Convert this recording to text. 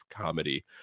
comedy